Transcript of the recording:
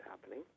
happening